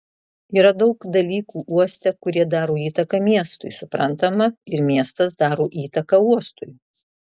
yra daug dalykų uoste kurie daro įtaką miestui suprantama ir miestas daro įtaką uostui